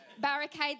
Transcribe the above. barricade